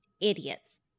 idiots